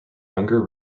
younger